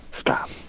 stop